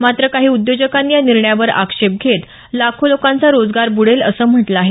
मात्र काही उद्योजकांनी या निर्णयावर आक्षेप घेत लाखो लोकांचा रोजगार बुडेल असं म्हटलं आहे